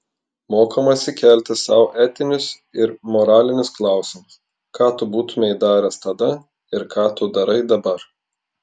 mokomasi kelti sau etinius ir moralinius klausimus ką tu būtumei daręs tada ir ką tu darai dabar